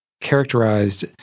characterized